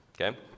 okay